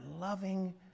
loving